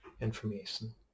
information